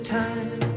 time